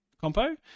compo